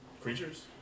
Creatures